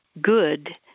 good